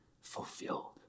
fulfilled